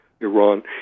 Iran